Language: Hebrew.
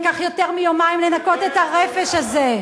ייקח יותר מיומיים לנקות את הרפש הזה.